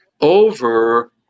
over